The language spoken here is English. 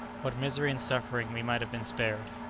what misery and suffering we might have been spared!